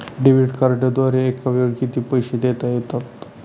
Debit कार्डद्वारे एकावेळी किती पैसे देता येतात?